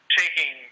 taking